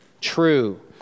true